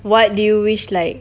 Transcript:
what do you wish like